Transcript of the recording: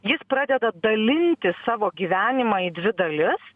jis pradeda dalinti savo gyvenimą į dvi dalis